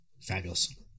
fabulous